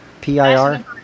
pir